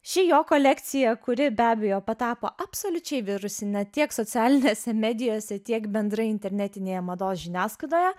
ši jo kolekcija kuri be abejo patapo absoliučiai virusine tiek socialinėse medijose tiek bendrai internetinėje mados žiniasklaidoje